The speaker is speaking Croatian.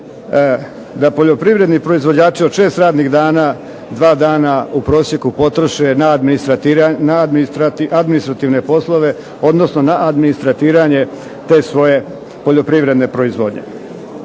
da poljoprivredni proizvođači od šest radnih dana dva dana u prosjeku potroše na administrativne poslove, odnosno na administratiranje te svoje poljoprivredne proizvodnje.